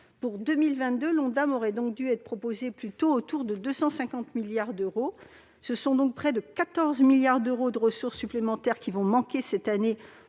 Pour 2022, l'Ondam aurait donc dû être proposé plutôt autour de 250 milliards d'euros. Ce sont donc près de 14 milliards d'euros de ressources supplémentaires qui vont manquer cette année